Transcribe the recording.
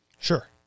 Sure